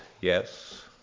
yes